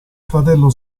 fratello